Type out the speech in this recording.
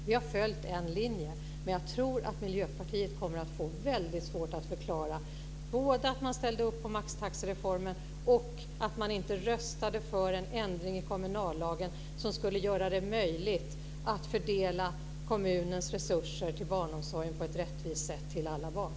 Vi har följt en linje. Men jag tror att Miljöpartiet kommer att få det väldigt svårt att förklara både att man ställde upp på maxtaxereformen och att man inte röstade för en ändring i kommunallagen som skulle göra det möjligt att fördela kommunens resurser till barnomsorgen på ett rättvist sätt till alla barn.